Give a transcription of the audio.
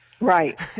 Right